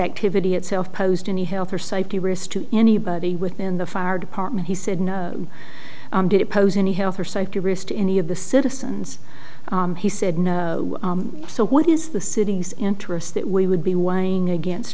activity itself posed any health or safety risk to anybody within the fire department he said no did it pose any health or safety risk to any of the citizens he said no so what is the city's interest that we would be weighing against